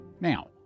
Now